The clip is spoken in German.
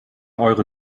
eure